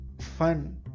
fun